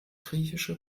griechische